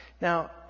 Now